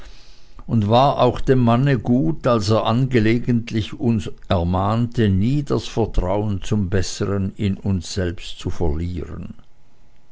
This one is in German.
und war auch dem manne gut als er angelegentlich uns er mahnte nie das vertrauen zum bessern in uns selbst zu verlieren